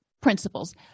principles